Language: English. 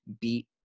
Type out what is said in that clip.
beat